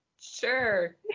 sure